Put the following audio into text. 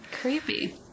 Creepy